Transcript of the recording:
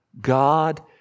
God